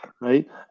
right